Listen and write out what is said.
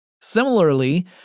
Similarly